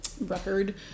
record